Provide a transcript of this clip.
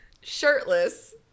shirtless